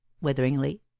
witheringly